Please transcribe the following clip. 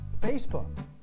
Facebook